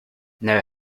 now